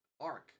arc